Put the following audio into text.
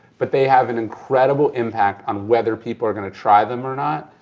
but they have an incredible impact on whether people are gonna try them or not.